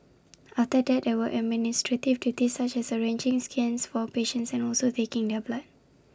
after that there were administrative duties such as arranging scans for patients and also taking their blood